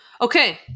Okay